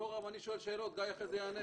יורם, אני שואל שאלות, גיא אחרי זה יענה.